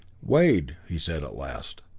wade, he said at last,